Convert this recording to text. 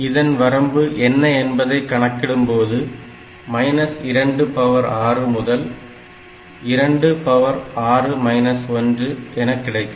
இதன் வரம்பு என்ன என்பதை கணக்கிடும்போது 26 முதல் 2 1 எனக் கிடைக்கும்